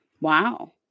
Wow